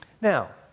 Now